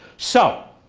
so